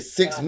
six